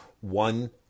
one